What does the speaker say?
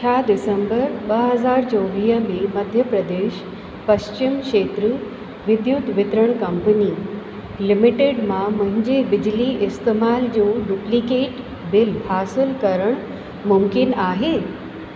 छा डिसंबर ॿ हज़ार चोवीह में मध्य प्रदेश पश्चिम क्षेत्र विद्युत वितरण कंपनी लिमिटेड मां मुंहिंजे बिजली इस्तेमाल जो डुप्लीकेट बिल हासिलु करणु मुमकिन आहे